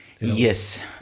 Yes